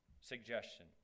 suggestion